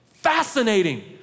Fascinating